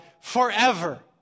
forever